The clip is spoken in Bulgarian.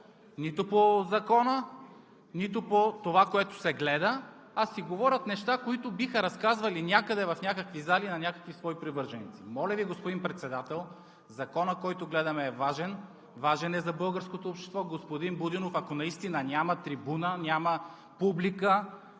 нито по Закона, нито по това, което се гледа, а си говорят неща, които биха разказвали някъде в някакви зали на някакви свои привърженици. Моля Ви, господин Председател, Законът, който гледаме, е важен, важен е за българското общество. Господин Будинов, ако наистина няма трибуна, няма публика